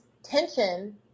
tension